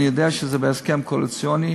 אני יודע שזה בהסכם הקואליציוני,